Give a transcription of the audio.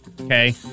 okay